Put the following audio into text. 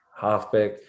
halfback